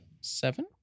Seven